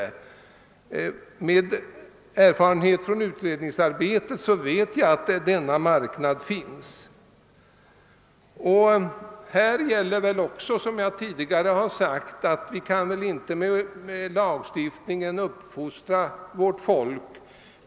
Av erfarenhet från utredningsarbetet vet jag att det finns en sådan marknad. Även här gäller det att vi inte genom lagstiftning kan uppfostra vårt folk.